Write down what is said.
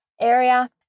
area